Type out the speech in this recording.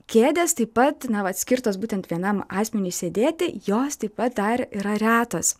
kėdės taip pat na vat skirtos būtent vienam asmeniui sėdėti jos taip pat dar yra retos